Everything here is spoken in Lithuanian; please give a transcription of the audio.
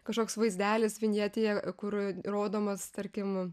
kažkoks vaizdelis vinjetėje kur rodomas tarkim